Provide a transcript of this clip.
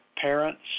parents